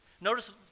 notice